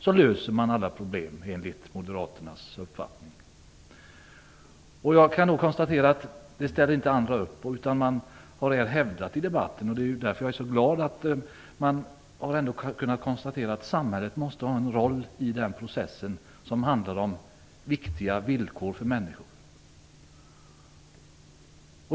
Så löser man alla problem enligt moderaternas uppfattning. Jag kan konstatera att man i debatten har hävdat, och det är det som gläder mig, att samhället måste ha en roll i den process som handlar om viktiga villkor för människor.